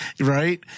Right